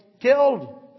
killed